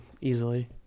Easily